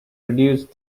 reduced